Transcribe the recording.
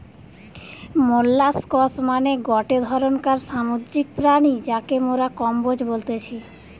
molluscs মানে গটে ধরণকার সামুদ্রিক প্রাণী যাকে মোরা কম্বোজ বলতেছি